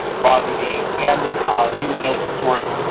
raw dd, and and new and open source,